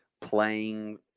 playing